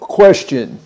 question